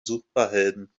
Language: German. superhelden